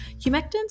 Humectants